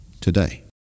today